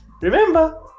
Remember